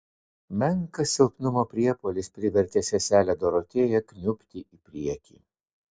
menkas silpnumo priepuolis privertė seselę dorotėją kniubti į priekį